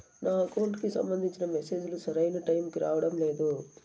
నా అకౌంట్ కి సంబంధించిన మెసేజ్ లు సరైన టైముకి రావడం లేదు